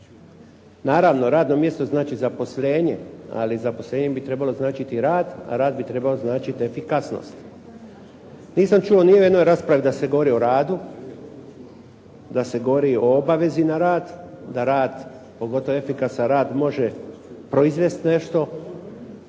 Naravno radno mjesto znači zaposlenje, ali zaposlenje bi trebalo značiti rad, a rad bi trebao značiti efikasnost. Nisam čuo ni u jednoj raspravi da se govori o radu, da se govori o obavezi na rad, da rad pogotovo efikasan rad može proizvesti nešto